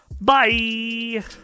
Bye